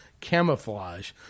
camouflage